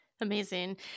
Amazing